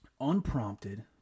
Unprompted